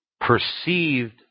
perceived